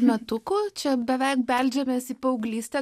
metukų čia beveik beldžiamės į paauglystę